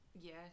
Yes